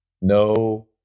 No